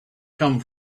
come